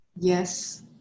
Yes